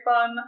fun